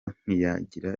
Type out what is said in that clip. ntiyagira